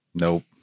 Nope